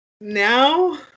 now